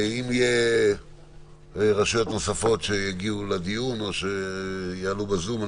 אם יהיו רשויות נוספות שיגיעו לדיון או יעלו בזום,